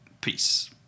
Peace